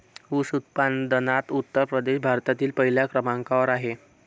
ऊस उत्पादनात उत्तर प्रदेश भारतात पहिल्या क्रमांकावर आहे